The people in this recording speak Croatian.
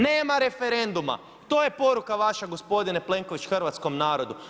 Nema referenduma to je poruka vaša gospodine Plenković hrvatskom narodu.